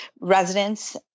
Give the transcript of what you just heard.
residents